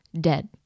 dead